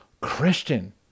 Christian